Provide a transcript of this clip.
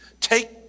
Take